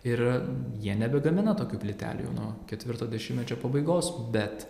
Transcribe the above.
ir jie nebegamina tokių plytelių jau nuo ketvirto dešimmečio pabaigos bet